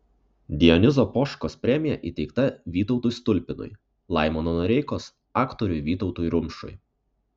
dionizo poškos premija įteikta vytautui stulpinui laimono noreikos aktoriui vytautui rumšui